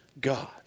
God